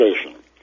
Station